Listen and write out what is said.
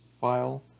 file